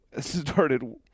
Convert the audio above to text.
started